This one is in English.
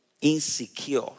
Insecure